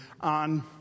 on